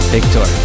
Victor